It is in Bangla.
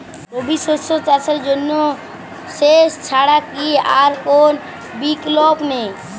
রবি শস্য চাষের জন্য সেচ ছাড়া কি আর কোন বিকল্প নেই?